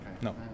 No